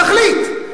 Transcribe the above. תחליט.